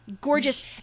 Gorgeous